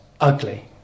ugly